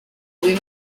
uyu